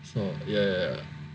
ya ya ya